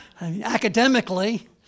Academically